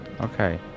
Okay